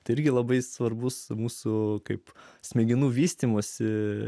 tai irgi labai svarbus mūsų kaip smegenų vystymosi